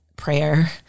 prayer